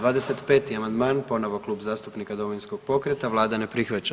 25. amandman ponovo Klub zastupnika Domovinskog pokreta, Vlada ne prihvaća.